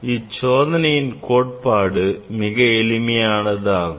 இச்சோதனையின் கோட்பாடு மிக எளிமையானது ஆகும்